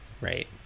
right